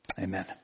Amen